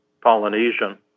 Polynesian